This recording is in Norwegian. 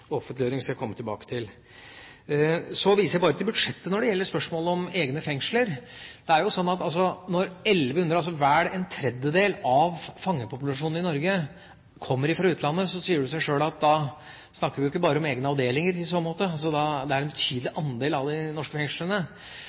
Så viser jeg bare til budsjettet når det gjelder spørsmålet om egne fengsler. Når 1 100, altså vel en tredjedel av fangepopulasjonen i Norge, kommer fra utlandet, sier det seg sjøl at da snakker vi ikke bare om egne avdelinger. Da er det en betydelig andel av de norske fengslene.